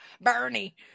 Bernie